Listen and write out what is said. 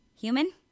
Human